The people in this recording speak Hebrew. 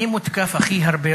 מי מותקף הכי הרבה?